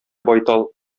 байтал